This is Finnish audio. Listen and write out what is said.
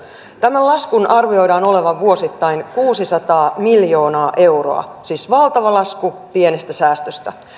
tämän laskun arvioidaan olevan vuosittain kuusisataa miljoonaa euroa siis valtava lasku pienestä säästöstä